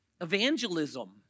Evangelism